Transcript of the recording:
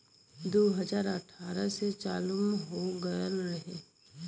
दू हज़ार अठारह से चालू हो गएल रहे